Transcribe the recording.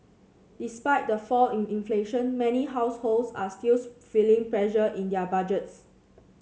despite the fall in inflation many households are still feeling pressure in their budgets